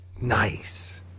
Nice